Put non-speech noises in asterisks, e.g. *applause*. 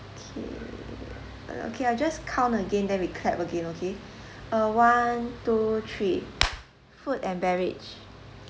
K uh okay I just count again then we clap again okay *breath* uh one two three food and beverage